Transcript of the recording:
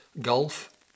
Golf